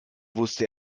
wusste